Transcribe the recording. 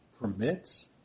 Permits